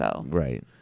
Right